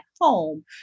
home